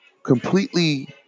completely